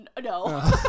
No